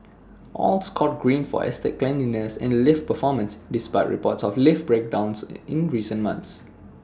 all scored green for estate cleanliness and lift performance despite reports of lift breakdowns in recent months